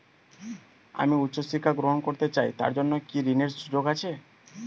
আমি উচ্চ শিক্ষা গ্রহণ করতে চাই তার জন্য কি ঋনের সুযোগ আছে?